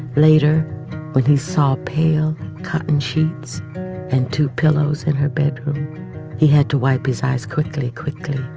later when he saw pale cotton sheets and two pillows in her bed he had to wipe his eyes quickly, quickly,